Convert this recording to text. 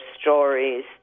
stories